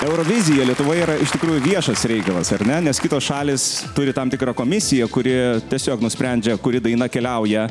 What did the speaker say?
eurovizija lietuvoje yra iš tikrųjų viešas reikalas ar ne nes kitos šalys turi tam tikrą komisiją kuri tiesiog nusprendžia kuri daina keliauja